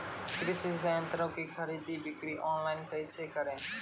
कृषि संयंत्रों की खरीद बिक्री ऑनलाइन कैसे करे?